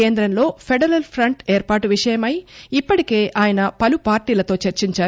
కేంద్రంలో federal front ఏర్పాటు విషయమై ఇప్పటికే ఆయన పలు పార్టీలతో చర్చించారు